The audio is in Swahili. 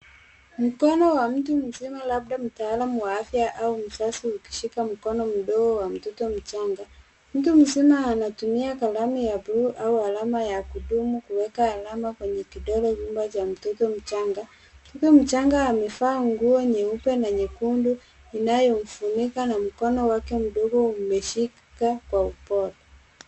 Mkono wa mtu mzima labda mtaalam wa afya au mzazi ukishika mkono mdogo wa mtoto mchanga. Mtu mzima anatumia kalamu ya bluu au alama ya kudumu kuweka alama kwenye kidole gumba cha mtoto mchanga. Mtoto mchanga amevaa nguo nyeupe na nyekundu inayomfunika na mkono wake mdogo umeshika kwa upole.